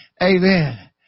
Amen